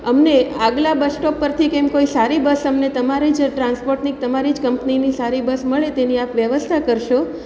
અમને આગલા bus stop પરથી કે એમ કોઈ સારી બસ અમને તમારી જ ટ્રાન્સપોર્ટની કે તમારી જ કંપનીની સારી બસ મળે તેની આપ વ્યવસ્થા કરશો